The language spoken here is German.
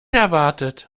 erwartet